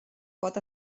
pot